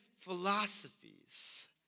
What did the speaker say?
philosophies